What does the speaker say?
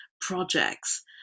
projects